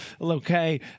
okay